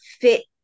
fit